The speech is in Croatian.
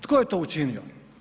Tko je to učinio?